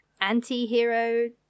anti-hero